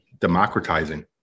democratizing